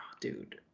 dude